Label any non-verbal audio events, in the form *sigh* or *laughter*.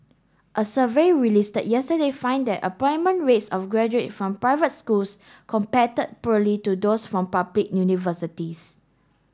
a survey release *unintelligible* yesterday find that employment rates of graduate from private schools compare *unintelligible* poorly to those from public universities